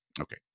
Okay